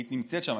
היית נמצאת שם,